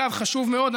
חשוב מאוד,